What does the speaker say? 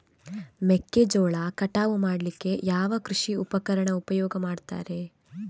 ಮೆಕ್ಕೆಜೋಳ ಕಟಾವು ಮಾಡ್ಲಿಕ್ಕೆ ಯಾವ ಕೃಷಿ ಉಪಕರಣ ಉಪಯೋಗ ಮಾಡ್ತಾರೆ?